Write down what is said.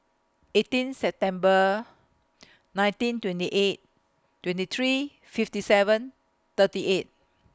eighteen September nineteen twenty eight twenty three fifty seven thirty eight